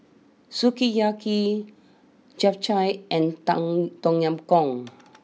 Sukiyaki Japchae and Tom Tong Yam Goong